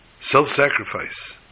self-sacrifice